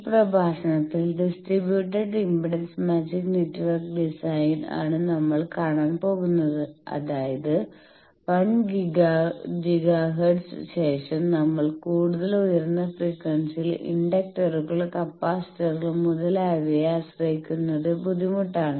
ഈ പ്രഭാഷണത്തിൽ distributed impedance matching network design ആണ് നമ്മൾ കാണാൻ പോകുന്നത് അതായത് 1 ഗിഗാ ഹെർട്സിന് ശേഷം നമ്മൾ കൂടുതൽ ഉയർന്ന ഫ്രീക്ൻസിയിൽ ഇൻഡക്ടറുകൾ കപ്പാസിറ്ററുകൾ മുതലായവയെ ആശ്രയിക്കുന്നത് ബുദ്ധിമുട്ടാണ്